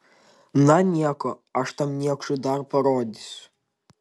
na nieko aš tam niekšui dar parodysiu